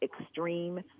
extreme